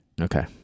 okay